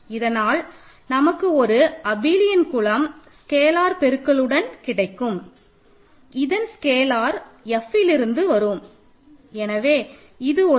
இதனால் நமக்கு ஒரு அபிலயன் குலம் ஸ்கேலார் பெருக்கல் உடன் கிடைக்கும் இதன் ஸ்கேலார் Fல் இருந்து வரும் எனவே இது ஒரு வெக்டர் ஸ்பேஸ் ஓவர் F